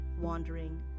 wandering